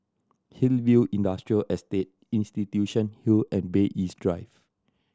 Hillview Industrial Estate Institution Hill and Bay East Drive